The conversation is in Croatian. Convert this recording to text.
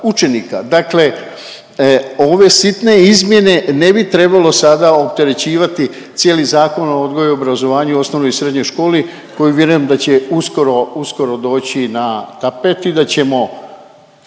dakle ove sitne izmjene ne bi trebalo sada opterećivati cijeli Zakon o odgoju i obrazovanju u osnovnoj i srednjoj školi koji vjerujem da će uskoro, uskoro doći na tapet i da ćemo,